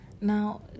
Now